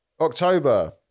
October